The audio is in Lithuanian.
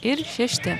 ir šešti